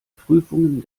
prüfungen